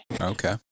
Okay